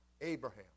Abraham